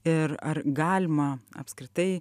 ir ar galima apskritai